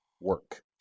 work